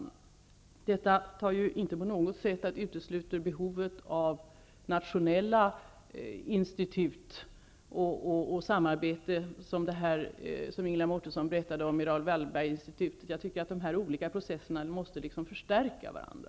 Detta utesluter inte på något sätt behovet av nationella institut och samarbete med andra institut, t.ex. Wallenberginstitutet -- som Ingela Mårtensson berättade om. De olika processerna måste förstärka varandra.